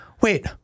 wait